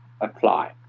apply